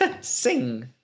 Sing